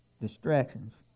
Distractions